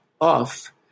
off